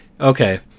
okay